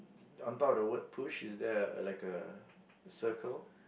on top of the word push is there a like a a circle